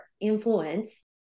influence